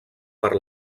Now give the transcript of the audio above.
per